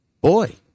boy